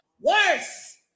worse